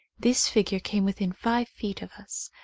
this figure came within five feet of us,